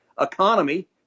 economy